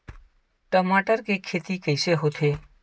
टमाटर के खेती कइसे होथे?